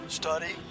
study